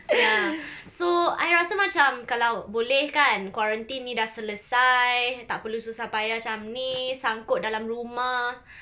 ya so I rasa macam kalau boleh kan quarantine ni dah selesai tak perlu susah payah macam ni sangkut dalam rumah